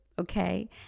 okay